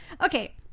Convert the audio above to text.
okay